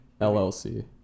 LLC